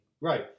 Right